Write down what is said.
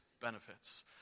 benefits